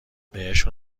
بهشون